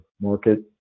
market